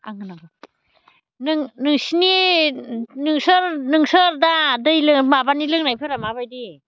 आं होननांगौ नोंसोरनि नोंसोर दा दै लों माबानि लोंनायफोरा माबायदि